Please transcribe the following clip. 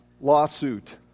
lawsuit